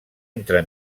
entre